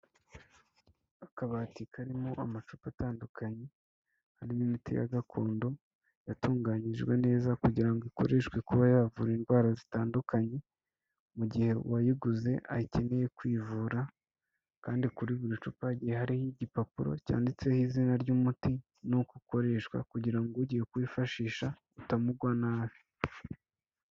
Akabati karimo amacupa atandukanye harimo imiti ya gakondo yatunganyijwe neza kugira ngo ikoreshwe kuba yavura indwara zitandukanye mu gihe uwayiguze ayikeneye kwivura kandi kuri buri cupa higiye hariho igipapuro cyanditseho izina ry'umuti nuko ukoreshwa kugira ngo ugiye kuwifashisha utamugwa nabi.